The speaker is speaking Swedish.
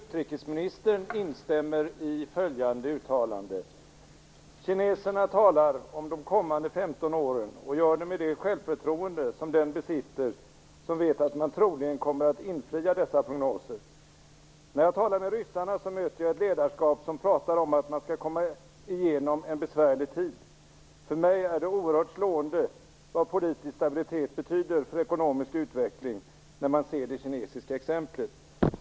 Fru talman! Jag undrar om utrikesministern instämmer i följande uttalande: Kineserna talar om de kommande femton åren och gör det med det självförtroende som den besitter som vet att man troligen kommer att infria dessa prognoser. När jag talar med ryssarna möter jag ett ledarskap som pratar om att man skall komma igenom en besvärlig tid. För mig är det oerhört slående vad politisk stabilitet betyder för ekonomisk utveckling när man ser det kinesiska exemplet.